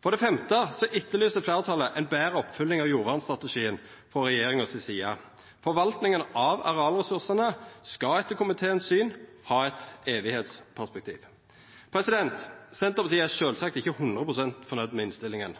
For det femte etterlyser fleirtalet ei betre oppfølging av jordvernstrategien frå regjeringas side. Forvaltninga av arealressursane skal etter komiteens syn ha eit evigskapsperspektiv. Senterpartiet er sjølvsagt ikkje hundre prosent fornøgd med innstillinga.